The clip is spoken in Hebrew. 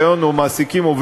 כפי שאני תמיד נוהג לעשות,